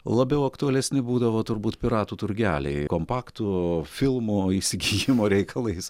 labiau aktualesni būdavo turbūt piratų turgeliai kompaktų filmų įsigijimo reikalais